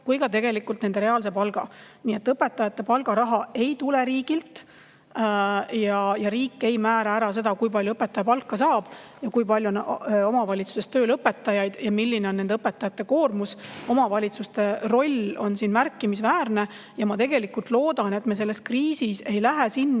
kui ka nende reaalse palga. Nii et õpetajate palgaraha ei tule riigilt ja riik ei määra, kui palju õpetaja palka saab ja kui palju on omavalitsustes tööl õpetajaid ja milline on nende koormus. Omavalitsuste roll on siin märkimisväärne. Ma loodan, et me selles kriisis ei lähe